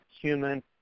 human